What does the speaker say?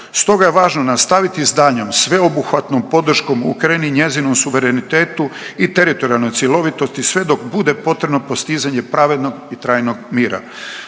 Stoga je važno nastaviti s daljnjom sveobuhvatnom podrškom Ukrajini i njezinom suverenitetu i teritorijalnoj cjelovitosti sve dok bude potrebno postizanje pravednog i trajnog mira.